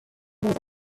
border